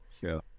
Sure